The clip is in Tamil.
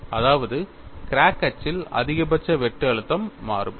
அதாவது கிராக் அச்சில் அதிகபட்ச வெட்டு அழுத்தம் மாறுபடும்